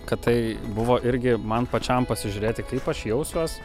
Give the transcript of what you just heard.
kad tai buvo irgi man pačiam pasižiūrėti kaip aš jausiuos